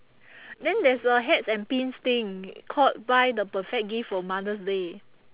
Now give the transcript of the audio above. then there's a hats and pins thing called buy the perfect gift for mother's day